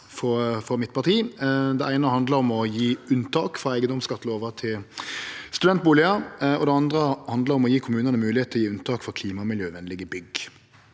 frå mitt parti. Det eine handlar om å gje unntak frå eigedomsskattelova til studentbustader, og det andre handlar om å gje kommunane moglegheit til å gje unntak for klima- og miljøvennlege bygg.